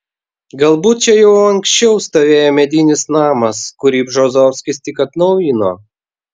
galbūt čia jau anksčiau stovėjo medinis namas kurį bžozovskis tik atnaujino